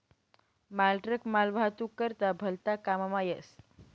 मालट्रक मालवाहतूक करता भलता काममा येस